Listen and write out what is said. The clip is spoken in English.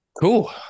Cool